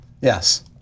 Yes